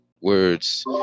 words